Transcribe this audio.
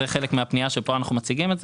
זה חלק מהפנייה שכאן אנחנו מציגים.